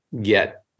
get